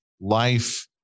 life